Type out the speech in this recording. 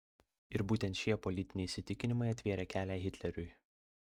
ir būtent šie politiniai įsitikinimai atvėrė kelią hitleriui